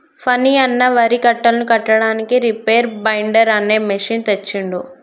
ఫణి అన్న వరి కట్టలను కట్టడానికి రీపేర్ బైండర్ అనే మెషిన్ తెచ్చిండు